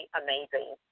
amazing